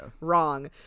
wrong